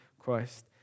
Christ